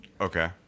Okay